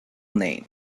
name